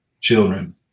children